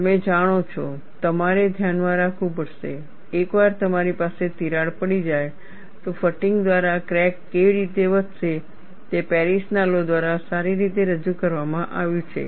તમે જાણો છો તમારે ધ્યાનમાં રાખવું પડશે એકવાર તમારી પાસે તિરાડ પડી જાય તો ફટીગ દ્વારા ક્રેક કેવી રીતે વધશે તે પેરિસના લૉ દ્વારા સારી રીતે રજૂ કરવામાં આવ્યું છે